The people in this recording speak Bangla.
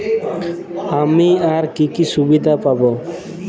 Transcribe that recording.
আমি আর কি কি সুবিধা পাব?